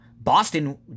Boston